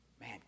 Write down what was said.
Man